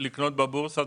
לקנות בבורסה.